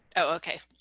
okay,